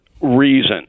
reason